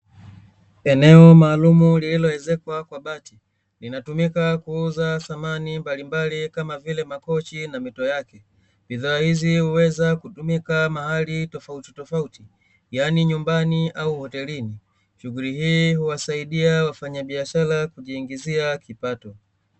Eneo maalumu lililoezekwa kwa bati linatumika kuuza samani mbalimbali kama vile makochi na mito yake. Bidhaa hizi huweza kutumika mahali tofautitofauti yaani nyumbani au hotelini, shughuli hii huwasaidia wafanyabiashara kujiingizia kipato.